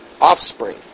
offspring